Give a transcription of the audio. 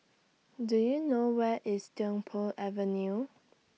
Do YOU know Where IS Tiong Poh Avenue